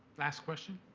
last question.